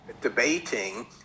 debating